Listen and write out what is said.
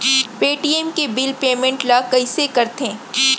Paytm के bill payment ल कइसे करथे?